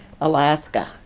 Alaska